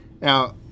Now